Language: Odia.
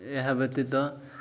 ଏହା ବ୍ୟତୀତ